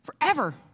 Forever